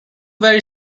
very